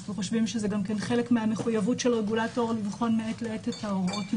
אנחנו חושבים שזה חלק מן המחויבות של רגולטור לבחון מעת לעת את ההוראות,